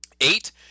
Eight